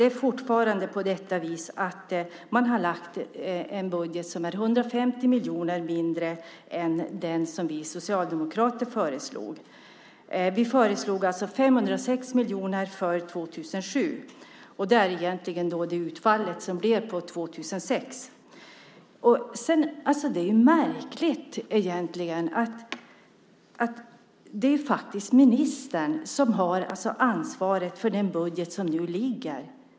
Det är fortfarande på det viset att man har lagt fram en budget som omfattar 150 miljoner mindre än den som vi socialdemokrater föreslog. Vi föreslog 506 miljoner för 2007, och det är egentligen det utfall som blev på 2006. Det är faktiskt ministern som har ansvar för den budget som nu föreligger!